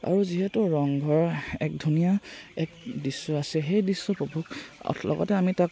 আৰু যিহেতু ৰংঘৰৰ এক ধুনীয়া এক দৃশ্য আছে সেই দৃশ্য উপভোগ লগতে আমি তাক